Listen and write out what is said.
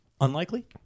unlikely